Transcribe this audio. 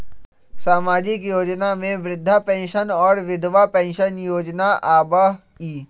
सामाजिक योजना में वृद्धा पेंसन और विधवा पेंसन योजना आबह ई?